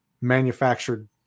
manufactured